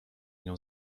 nią